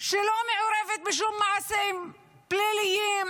שלא מעורבת בשום מעשים פליליים,